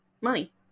money